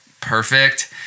perfect